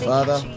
Father